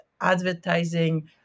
advertising